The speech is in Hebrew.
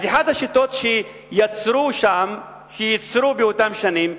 אז אחת השיטות שיצרו שם, שייצרו באותן שנים,